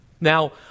Now